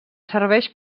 serveix